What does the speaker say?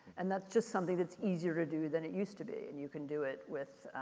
and that's just something that's easier to do than it used to be. and you can do it with,